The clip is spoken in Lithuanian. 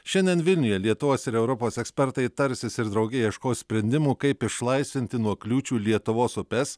šiandien vilniuje lietuvos ir europos ekspertai tarsis ir drauge ieškos sprendimų kaip išlaisvinti nuo kliūčių lietuvos upes